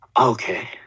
Okay